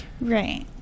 Right